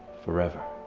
forever.